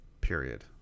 period